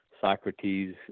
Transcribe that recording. Socrates